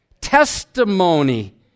testimony